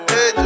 Hey